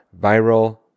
viral